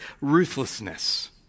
ruthlessness